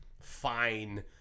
fine